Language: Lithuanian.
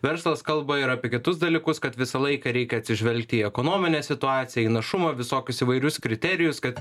verslas kalba ir apie kitus dalykus kad visą laiką reikia atsižvelgti į ekonominę situaciją į našumo visokius įvairius kriterijus kad